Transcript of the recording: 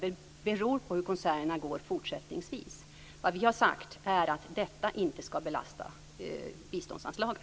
Det beror på hur konserterna går fortsättningsvis. Vad vi har sagt är att detta inte ska belasta biståndsanslaget.